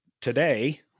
today